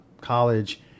college